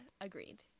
agreed